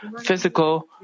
physical